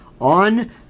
on